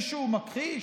מישהו מכחיש?